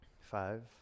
Five